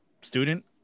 student